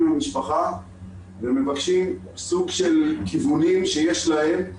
עם המשפחה ומבקשים סוג של כיוונים שיש להם.